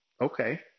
Okay